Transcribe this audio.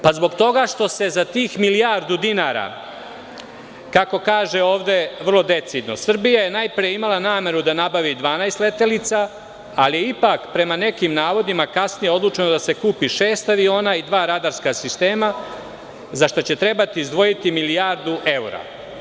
Pa, zbog toga što se tih milijardu dinara, kako kaže ovde vrlo decidno, Srbija je najpre imala nameru da nabavi 12 letelica, ali ipak, prema nekim navodima, kasnije je odlučeno da se kupi šest aviona i dva radarska sistema, za šta će trebati izdvojiti milijardu evra.